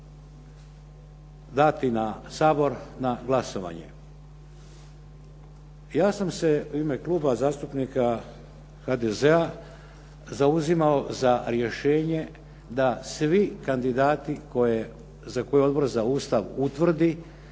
biti dani na Sabor na glasovanje. Ja sam se u ime Kluba zastupnika HDZ-a zauzimao za rješenje da svi kandidati za koje Odbor za Ustav utvrdi